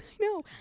No